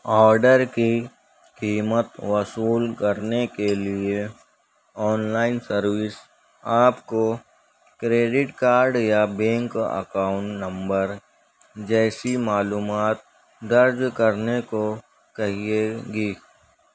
order کی قیمت وصول کرنے کے لیے آنلائن سروس آپ کو کریڈٹ کارڈ یا بینک اکاؤنٹ نمبر جیسی معلومات درج کرنے کو کہیے گی